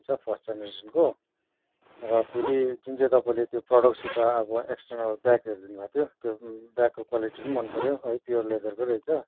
रहेछ फर्स्ट जेनेरेसनको र फेरि जुन चाहिँ तपाईँले त्यो प्रोडक्टसित अब एक्सटर्नल ब्याग हेरिदिनु भएको थियो त्यो ब्यागको क्वालिटी पनि मनपर्यो है प्योर लेदरको रहेछ